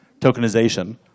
tokenization